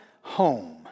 home